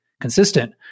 consistent